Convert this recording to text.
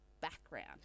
background